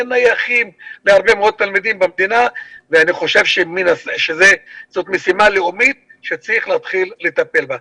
אין מחשבים נייחים ואני חושב שזאת משימה לאומית שצריך להתחיל לטפל בה.